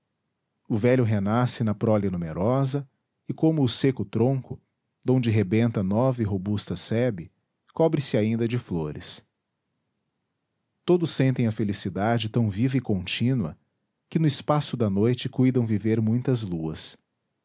o velho renasce na prole numerosa e como o seco tronco donde rebenta nova e robusta sebe cobre se ainda de flores todos sentem a felicidade tão viva e contínua que no espaço da noite cuidam viver muitas luas